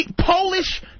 Polish